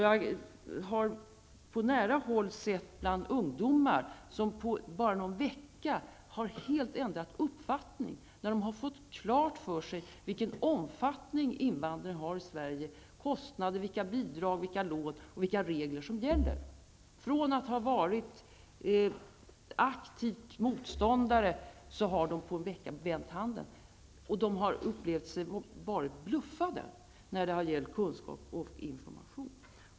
Jag har på nära håll sett ungdomar som på bara en vecka helt har ändrat uppfattning, när de har fått klart för sig vilken omfattning invandringen har i Sverige, dess kostnader, vilka bidrag och lån som finns och vilka regler som gäller. Från att ha varit aktiva motståndare har de på en vecka ändrat sig, som en omvänd hand. De har upplevt sig vara bluffade när det gäller kunskap och information.